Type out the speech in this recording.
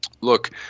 Look